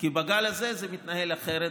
כי בגל הזה זה מתנהל אחרת,